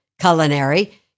culinary